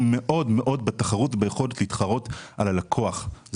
מאוד מאוד בתחרות וביכולת להתחרות על הלקוח.